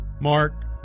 Mark